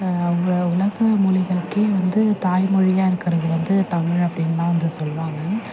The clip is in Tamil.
உலக மொழிகளுக்கே வந்து தாய்மொழியாக இருக்கிறது வந்து தமிழ் அப்படின்தான் வந்து சொல்லுவாங்க